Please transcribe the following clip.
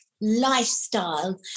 lifestyle